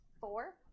Four